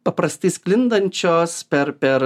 paprastai sklindančios per per